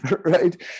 right